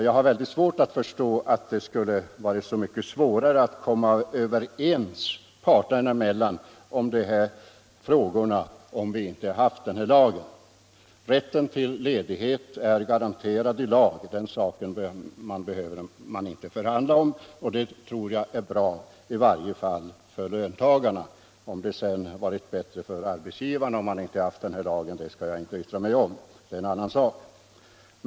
Jag har mycket svårt att förstå att det skulle vara så mycket besvärligare att komma överens parterna emellan i dessa frågor om vi inte hade haft den här lagen. Rätten till ledighet är garanterad i lag. Den saken behöver man inte förhandla om, och det tror jag är bra i varje fall för löntagarna. Om det sedan hade varit bättre för arbetsgivarna om man inte haft denna lag skall jag inte yttra mig om. Det är en annan sak.